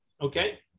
Okay